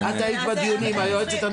את היית בדיונים, היועצת המשפטית.